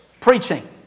preaching